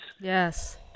Yes